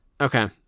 Okay